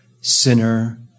sinner